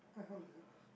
what hell is it